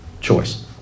choice